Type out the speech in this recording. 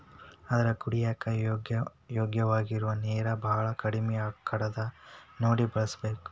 ಆದರ ಕುಡಿಯಾಕ ಯೋಗ್ಯವಾಗಿರು ನೇರ ಬಾಳ ಕಡಮಿ ಅದಕ ನೋಡಿ ಬಳಸಬೇಕ